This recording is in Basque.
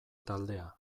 taldea